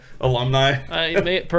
Alumni